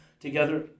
together